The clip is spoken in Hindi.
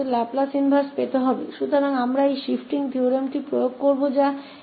तो L इनवर्स 1 s और फिर हमारे पास 𝐿 इनवर्सss21 है